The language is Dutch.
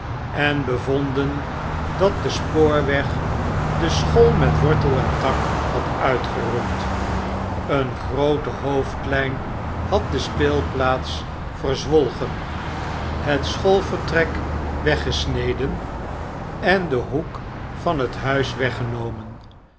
en bevonden dat de spoorweg de school met wortel en tak had uitgeroeid een groote hoofdlyn had de speelplaats verzwolgen hetschoolvertrek weggesneden en den hoek van het huis weggenomen